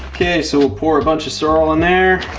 okay, so we'll pour a bunch of sorrel in there.